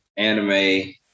Anime